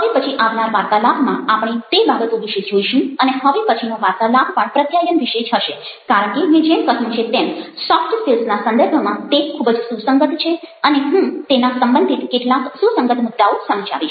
હવે પછી આવનાર વાર્તાલાપમાં આપણે તે બાબતો વિશે જોઈશું અને હવે પછીનો વાર્તાલાપ પણ પ્રત્યાયન વિશે જ હશે કારણ કે મેં જેમ કહ્યું છે તેમ સોફ્ટ સ્કિલ્સના સંદર્ભમાં તે ખૂબ જ સુસંગત છે અને હું તેના સંબંધિત કેટલાક સુસંગત મુદ્દાઓ સમજાવીશ